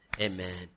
Amen